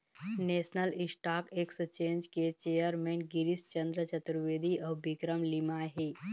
national stock exchange के chairman Girish Chandra Chaturvedi अउ विक्रम लिमाय हे